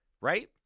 Right